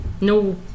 no